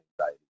anxiety